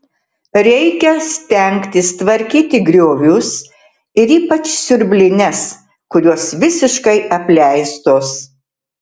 reikia stengtis tvarkyti griovius ir ypač siurblines kurios visiškai apleistos